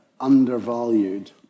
undervalued